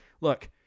Look